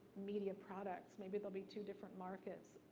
media products. maybe there'll be two different markets.